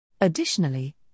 Additionally